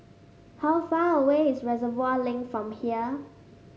how far away is Reservoir Link from here